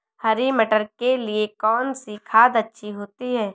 हरी मटर के लिए कौन सी खाद अच्छी होती है?